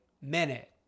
minute